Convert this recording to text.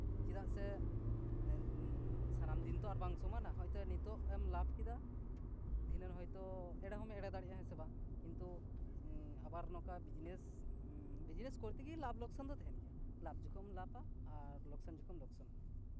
ᱪᱮᱫᱟᱜ ᱥᱮ ᱥᱟᱱᱟᱢ ᱫᱤᱱ ᱛᱚ ᱟᱨ ᱵᱟᱝ ᱥᱚᱢᱟᱱᱟ ᱱᱤᱛᱚᱜ ᱮᱢ ᱞᱟᱵᱷ ᱠᱮᱫᱟ ᱫᱷᱤᱱᱟᱹᱱ ᱦᱚᱭᱛᱳ ᱮᱲᱮ ᱦᱚᱢ ᱮᱲᱮ ᱫᱟᱲᱮᱭᱟᱜᱼᱟ ᱦᱮᱸ ᱥᱮ ᱵᱟᱝ ᱠᱤᱱᱛᱩ ᱟᱵᱟᱨ ᱱᱚᱝᱠᱟ ᱵᱤᱡᱽᱱᱮᱥ ᱵᱤᱡᱽᱱᱮᱥ ᱠᱚᱨᱛᱮ ᱜᱮᱞᱮ ᱞᱟᱵᱷ ᱞᱚᱠᱥᱟᱱ ᱫᱚ ᱛᱟᱦᱮᱱ ᱜᱮᱭᱟ ᱞᱟᱵᱷ ᱡᱚᱠᱷᱚᱱᱮᱢ ᱞᱟᱵᱷᱟ ᱞᱚᱠᱥᱟᱱ ᱡᱚᱠᱷᱚᱱᱮᱢ ᱞᱚᱠᱥᱟᱱᱚᱜᱼᱟ